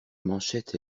manchettes